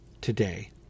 today